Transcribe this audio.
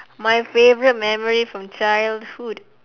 my favourite memory from childhood